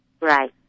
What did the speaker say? Right